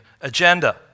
agenda